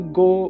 go